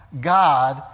God